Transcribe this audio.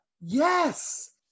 Yes